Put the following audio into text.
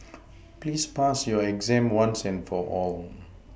please pass your exam once and for all